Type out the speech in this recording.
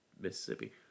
Mississippi